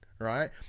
right